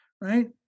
right